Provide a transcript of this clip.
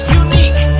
unique